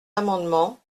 amendement